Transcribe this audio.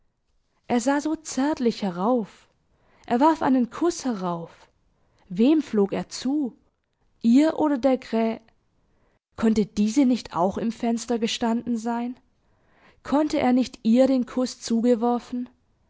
er sah so zärtlich herauf er warf einen kuß herauf wem flog er zu ihr oder der grä konnte diese nicht auch im fenster gestanden sein konnte er nicht ihr den kuß zugeworfen sie